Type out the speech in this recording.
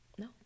no